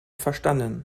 verstanden